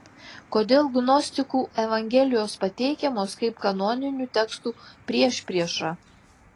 kodėl gnostikų evangelijos pateikiamos kaip kanoninių tekstų priešprieša